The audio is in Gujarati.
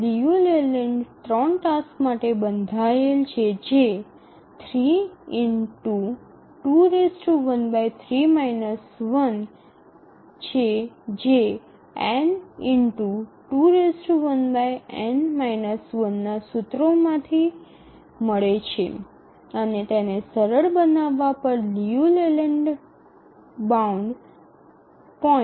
લિયુ લેલેન્ડ 3 ટાસક્સ માટે બંધાયેલ છે જે 32−1 છે જે n2−1 ના સૂત્રોમાંથી મળે છે અને તેને સરળ બનાવવા પર લિયુ લેલેન્ડ બાઉન્ડ 0